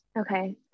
Okay